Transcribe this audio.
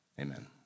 Amen